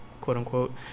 quote-unquote